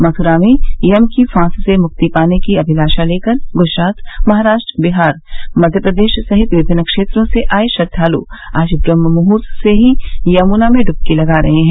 मथुरा में यम की फांस से मुक्ति पाने की अभिलाषा लेकर गुजरात महाराष्ट्र बिहार मध्य प्रदेश सहित विभिन्न क्षेत्रों से आए श्रद्वालु आज ब्रम्हमुहूर्त से ही यमुना में डुबकी लगा रहे है